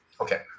okay